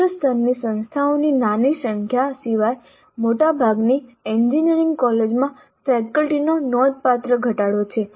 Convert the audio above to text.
ઉચ્ચ સ્તરની સંસ્થાઓની નાની સંખ્યા સિવાય મોટાભાગની એન્જિનિયરિંગ કોલેજોમાં ફેકલ્ટીનો નોંધપાત્ર ઘટાડો છે